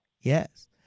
Yes